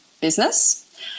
business